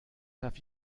have